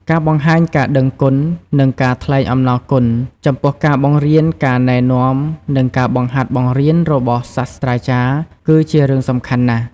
ការបង្ហាញការដឹងគុណ និងការថ្លែងអំណរគុណ ចំពោះការបង្រៀន ការណែនាំ និងការបង្ហាត់បង្រៀនរបស់សាស្រ្តាចារ្យ គឺជារឿងសំខាន់ណាស់។